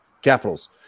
Capitals